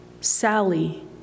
Sally